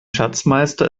schatzmeister